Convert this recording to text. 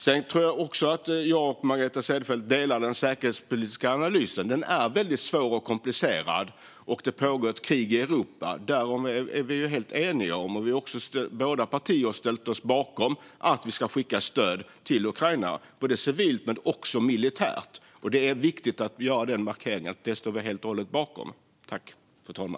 Jag tror att Margareta Cederfelt och jag instämmer i den säkerhetspolitiska analysen. Den är svår och komplicerad, och det pågår ett krig i Europa. Därom är vi helt eniga. Och båda partier har ställt sig bakom att skicka stöd till Ukraina civilt och militärt. Det är viktigt att göra den markeringen, nämligen att vi står helt bakom detta.